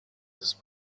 this